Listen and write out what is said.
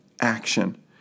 action